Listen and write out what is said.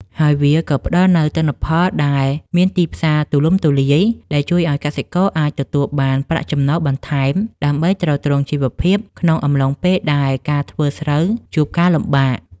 ហើយវាក៏ផ្ដល់នូវទិន្នផលដែលមានទីផ្សារទូលំទូលាយ ដែលជួយឱ្យកសិករអាចទទួលបានប្រាក់ចំណូលបន្ថែមដើម្បីទ្រទ្រង់ជីវភាពក្នុងអំឡុងពេលដែលការធ្វើស្រូវជួបការលំបាក។